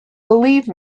believe